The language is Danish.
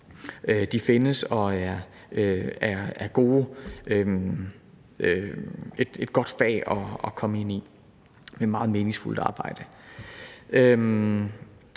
er gode, og at det er et godt fag at komme ind i med meget meningsfuldt arbejde.